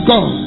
God